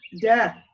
death